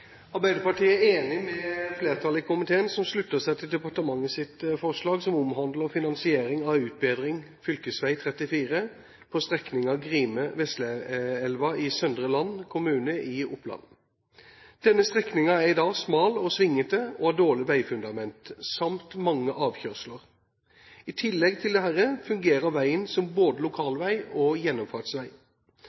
med i flertallet i komiteen som slutter seg til departementets forslag som omhandler finansiering av utbedring av fv. 34 på strekningen Grime–Vesleelva i Søndre Land kommune i Oppland. Denne strekningen er i dag smal og svingete og har et dårlig veifundament samt mange avkjørsler. I tillegg til dette fungerer veien både som lokalvei og gjennomfartsvei.